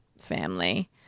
family